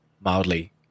mildly